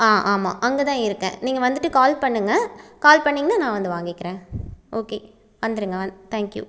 ஆமாம் அங்கே தான் இருக்கேன் நீங்கள் வந்துவிட்டு கால் பண்ணுங்கள் கால் பண்ணீங்கன்னா நான் வந்து வாங்கிக்குறேன் ஓகே வந்துவிடுங்க தேங்க் யூ